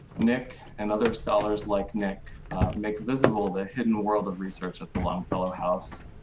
nick and other sellers like nick make visible the hidden world of research at the longfellow house.